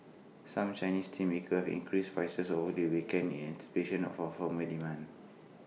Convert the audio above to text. some Chinese steelmakers have increased prices over the weekend in anticipation of A firmer demand